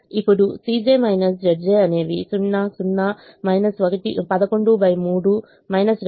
ఇప్పుడు అనేవి 0 0 113 23